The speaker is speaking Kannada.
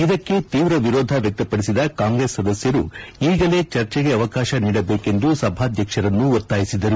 ಇದಕ್ಕೆ ತೀವ್ರ ವಿರೋಧ ವ್ಯಕ್ತಪಡಿಸಿದ ಕಾಂಗ್ರೆಸ್ ಸದಸ್ದರು ಈಗಲೇ ಚರ್ಚೆಗೆ ಅವಕಾಶ ನೀಡಬೇಕೆಂದು ಸಭಾಧ್ಯಕ್ಷರನ್ನು ಒತ್ತಾಯಿಸಿದರು